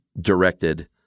directed